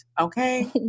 okay